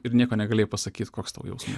ir nieko negalėjai pasakyt koks tau jausmas